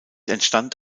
entstand